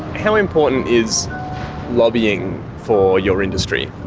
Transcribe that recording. how important is lobbying for your industry?